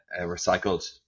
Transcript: recycled